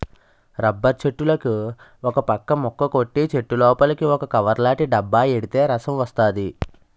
rubber చెట్టులుకి ఒకపక్క ముక్క కొట్టి చెట్టులోపలికి ఒక కవర్లాటి డబ్బా ఎడితే రసం వస్తది